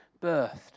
birthed